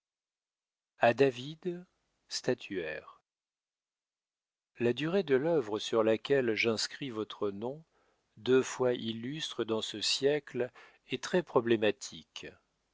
david statuaire la durée de l'œuvre sur laquelle j'inscris votre nom deux fois illustre dans ce siècle est très problématique